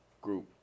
group